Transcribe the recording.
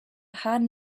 had